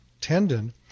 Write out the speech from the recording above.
tendon